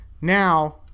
Now